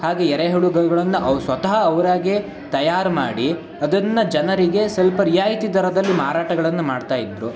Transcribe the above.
ಹಾಗೇ ಎರೆಹುಳುಗಳನ್ನ ಅವ್ರ್ ಸ್ವತಃ ಅವರಾಗೇ ತಯಾರು ಮಾಡಿ ಅದನ್ನು ಜನರಿಗೆ ಸ್ವಲ್ಪ ರಿಯಾಯಿತಿ ದರದಲ್ಲಿ ಮಾರಾಟಗಳನ್ನು ಮಾಡ್ತಾ ಇದ್ದರು